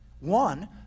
One